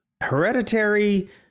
hereditary